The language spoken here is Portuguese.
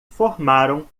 formaram